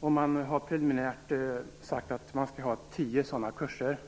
Man har preliminärt sagt att det skall bli tio sådana kurser.